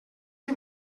que